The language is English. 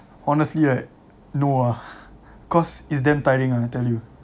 honestly right no ah cause it's damn tiring ah I tell you